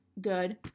good